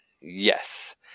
Yes